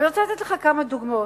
אני רוצה לתת לך כמה דוגמאות.